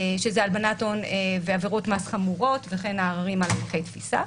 שזה הלבנת הון ועבירות מס חמורות וכן העררים על הליכי תפיסה.